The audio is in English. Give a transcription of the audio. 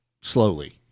slowly